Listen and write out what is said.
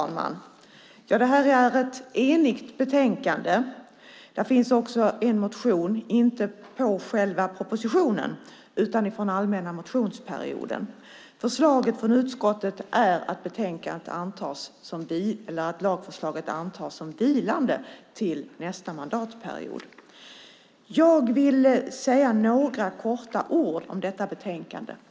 Fru talman! Det här är ett enigt betänkande. Där finns också en motion, inte på själva på propositionen, utan från den allmänna motionstiden. Förslaget från utskottet är att lagförslaget antas som vilande till nästa mandatperiod. Jag vill säga några korta ord om detta betänkande.